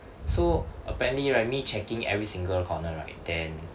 so apparently right me checking every single corner right then